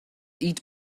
eat